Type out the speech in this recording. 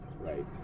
right